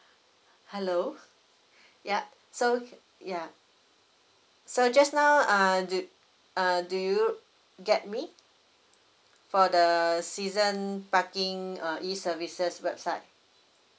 hello yup so yeah so just now uh do uh do you get me for the season parking uh E services website